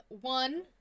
One